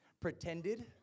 pretended